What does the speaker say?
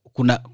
Kuna